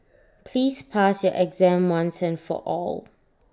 please pass your exam once and for all